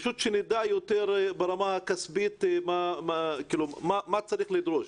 כדי שנדע ברמה הכספית מה צריך לדרוש.